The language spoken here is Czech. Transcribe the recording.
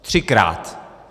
Třikrát!